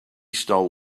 stole